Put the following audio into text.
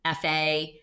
FA